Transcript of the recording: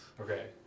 Okay